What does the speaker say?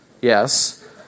yes